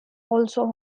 also